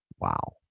wow